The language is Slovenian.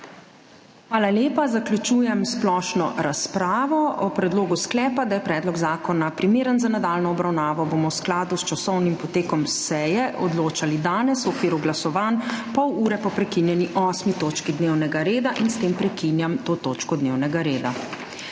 Hvala lepa. Zaključujem splošno razpravo. O predlogu sklepa, da je predlog zakona primeren za nadaljnjo obravnavo, bomo v skladu s časovnim potekom seje odločali danes v okviru glasovanj, pol ure po prekinjeni 8. točki dnevnega reda. S tem prekinjam to točko dnevnega reda.